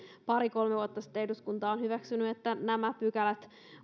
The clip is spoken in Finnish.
pari kolme vuotta sitten eduskunta on hyväksynyt että nämä pykälät